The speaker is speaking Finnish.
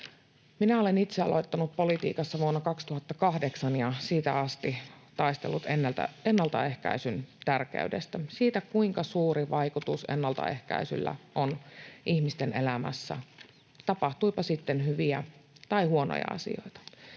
Minä olen itse aloittanut politiikassa vuonna 2008 ja siitä asti taistellut ennalta ehkäisyn tärkeydestä, siitä, kuinka suuri vaikutus ennalta ehkäisyllä on ihmisten elämässä, tapahtuipa sitten hyviä tai huonoja asioita.